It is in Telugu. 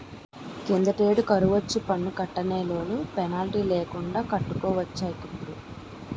కిందటేడు కరువొచ్చి పన్ను కట్టలేనోలు పెనాల్టీ లేకండా కట్టుకోవచ్చటిప్పుడు